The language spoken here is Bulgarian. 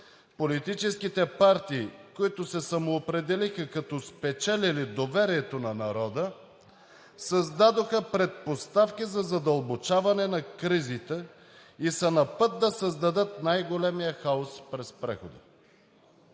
политическите партии, които се самоопределиха като спечелили доверието на народа, създадоха предпоставки за задълбочаване на кризите и са на път да създадат най-големият хаос през прехода.